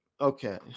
Okay